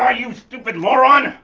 ah you stupid moron!